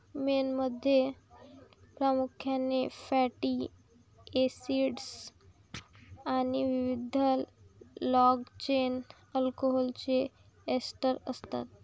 मेणमध्ये प्रामुख्याने fatty acids आणि विविध लाँग चेन अल्कोहोलचे एस्टर असतात